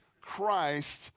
Christ